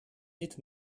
dit